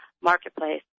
marketplace